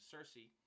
Cersei